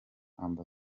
amb